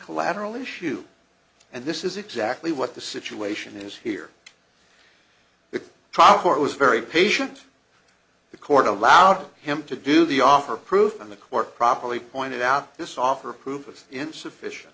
collateral issue and this is exactly what the situation is here the trial court was very patient the court allowed him to do the offer proof and the court properly pointed out this offer group of insufficient